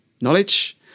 knowledge